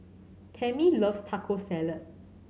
Tammy loves Taco Salad